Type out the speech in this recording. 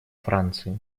франции